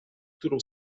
którą